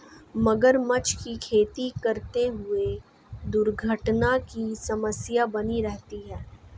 मगरमच्छ की खेती करते हुए दुर्घटना की समस्या बनी रहती है